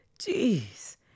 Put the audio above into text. Jeez